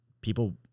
people